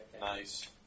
Nice